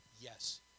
Yes